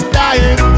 dying